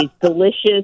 delicious